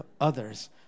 others